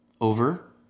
over